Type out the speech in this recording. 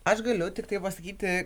aš galiu tiktai pasakyti